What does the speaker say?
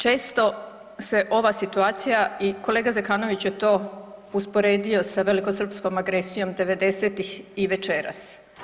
Često se ova situacija i kolega Zekanović je to usporedio sa velikosrpskom agresijom devedesetih i večeras.